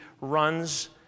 runs